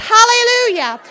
Hallelujah